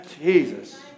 Jesus